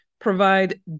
provide